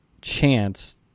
chance